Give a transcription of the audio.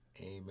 Amen